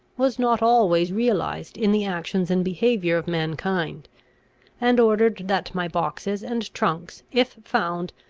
was not always realised in the actions and behaviour of mankind and ordered that my boxes and trunks, if found,